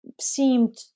seemed